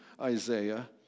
Isaiah